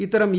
ഇത്തരം ഇ